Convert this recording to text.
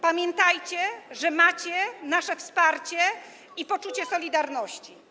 Pamiętajcie, że macie nasze wsparcie i poczucie solidarności.